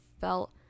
felt